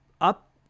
up